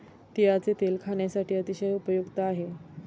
तिळाचे तेल खाण्यासाठी अतिशय उपयुक्त आहे